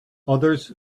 others